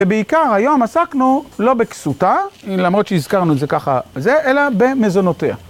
ובעיקר היום עסקנו לא בכסותה, למרות שהזכרנו את זה ככה זה, אלא במזונותיה.